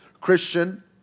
Christian